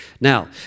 Now